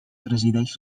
presideix